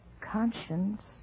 conscience